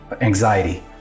anxiety